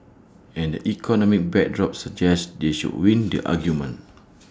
and the economic backdrop suggests they should win the argument